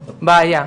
בעיה.